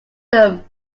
them